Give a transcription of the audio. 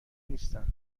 نیستم